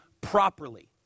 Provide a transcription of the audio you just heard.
properly